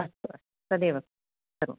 अस्तु अस्तु तदेव करोमि